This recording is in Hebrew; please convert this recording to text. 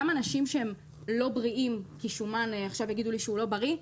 גם אנשים שהם לא בריאים כי עכשיו יגידו לי ששומן לא בריא,